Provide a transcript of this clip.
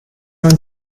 non